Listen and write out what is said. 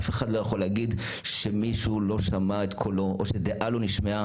אף אחד לא יכול להגיד שמישהו לא שמע את קולו או שדעה לא נשמעה.